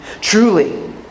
truly